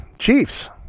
chiefs